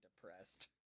depressed